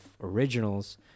originals